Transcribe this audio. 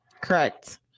Correct